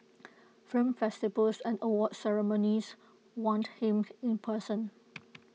film festivals and awards ceremonies want him in person